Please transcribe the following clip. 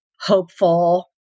hopeful